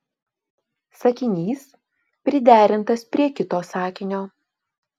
sakinys priderintas prie kito sakinio